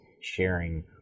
sharing